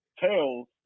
Tails